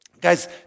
Guys